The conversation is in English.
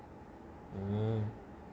mm